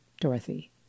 Dorothy